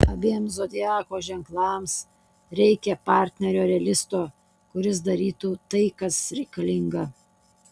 abiem zodiako ženklams reikia partnerio realisto kuris darytų tai kas reikalinga